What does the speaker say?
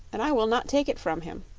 and i will not take it from him.